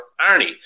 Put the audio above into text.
Arnie